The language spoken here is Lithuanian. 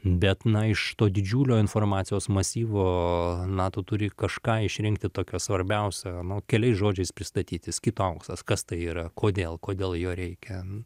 bet na iš to didžiulio informacijos masyvo na tu turi kažką išrinkti tokio svarbiausia nu keliais žodžiais pristatyti jis kitoks kas tai yra kodėl kodėl jo reikia